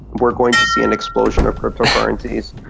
we are going to see an explosion of cryptocurrencies.